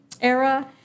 era